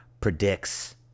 predicts